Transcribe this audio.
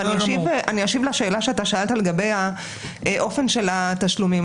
ואשיב לשאלה שאתה שאלת לגבי אופן התשלומים,